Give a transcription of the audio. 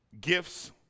gifts